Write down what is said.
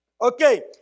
Okay